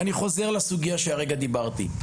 אני חוזר לסוגיה שעליה דיברתי.